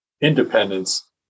independence